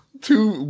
two